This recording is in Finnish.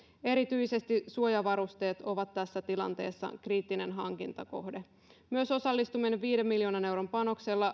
erityisesti suojavarusteet ovat tässä tilanteessa kriittinen hankintakohde myös osallistuminen viiden miljoonan euron panoksella